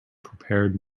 prepared